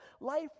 Life